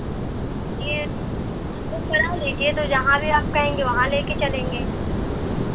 देखिए आप बुक करा लीजिए तो जहाँ भी आप कहेंगे वहाँ ले कर चलेंगे